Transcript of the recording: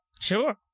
Sure